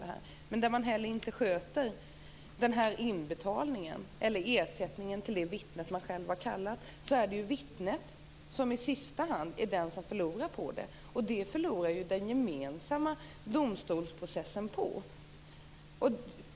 När den som är dömd inte sköter inbetalningen av ersättningen till det vittne han eller hon själv har kallat är det vittnet som förlorar. Det förlorar den gemensamma domstolsprocessen på.